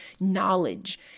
knowledge